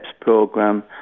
program